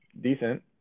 decent